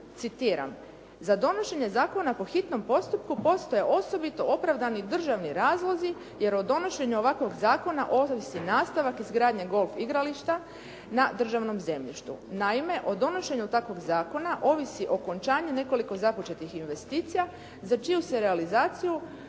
citiram: Za donošenje zakona po hitnom postupku postoje osobito opravdani državni razlozi, jer o donošenju ovakvog zakona ovisi nastavak izgradnje golf igrališta na državnom zemljištu. Naime o donošenju takvog zakona ovisi okončanje nekoliko započetih investicija za čiju se realizaciju